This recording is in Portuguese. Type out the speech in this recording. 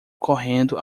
correndo